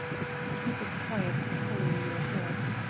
is to keep a quiet tongue in your head.